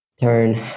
turn